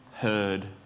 heard